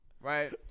Right